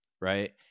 right